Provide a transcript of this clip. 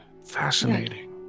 fascinating